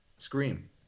Scream